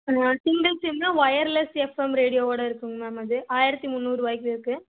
single sim wireless FM ரேடியோவோடு இருக்குதுங் ma'am அது ஆயிரத்தி முன்னூறுரூவாய்க்கு இருக்குது